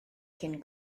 cyn